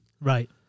Right